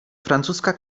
francuska